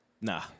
Nah